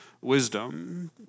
wisdom